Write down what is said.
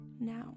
now